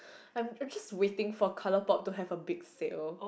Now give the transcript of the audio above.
I'm I'm just waiting for color pop to have a big sale